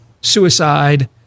suicide